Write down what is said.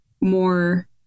more